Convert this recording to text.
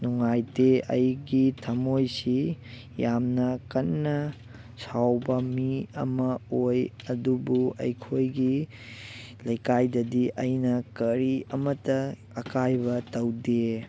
ꯅꯨꯡꯉꯥꯏꯇꯦ ꯑꯩꯒꯤ ꯊꯃꯣꯏꯁꯤ ꯌꯥꯟꯅ ꯀꯟꯅ ꯁꯥꯎꯕ ꯃꯤ ꯑꯃ ꯑꯣꯏ ꯑꯗꯨꯕꯨ ꯑꯩꯈꯣꯏꯒꯤ ꯂꯩꯀꯥꯏꯗꯗꯤ ꯑꯩꯅ ꯀꯔꯤ ꯑꯃꯠꯇ ꯑꯀꯥꯏꯕ ꯇꯧꯗꯦ